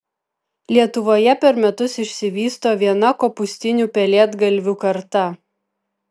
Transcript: lietuvoje per metus išsivysto viena kopūstinių pelėdgalvių karta